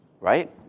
Right